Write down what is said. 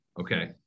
Okay